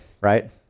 right